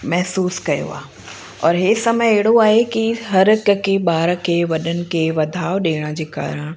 महिसूसु कयो आहे और हे समय अहिड़ो आहे कि हर कंहिंखे ॿार वॾनि खे वधाओ ॾियण जे कारण